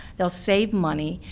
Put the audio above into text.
they'll save money,